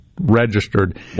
registered